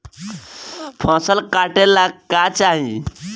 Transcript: फसल काटेला का चाही?